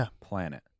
planet